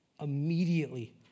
immediately